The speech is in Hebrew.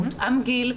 מותאם גיל,